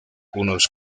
unos